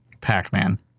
Pac-Man